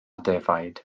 defaid